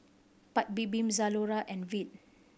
Paik Bibim Zalora and Veet